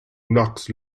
knocks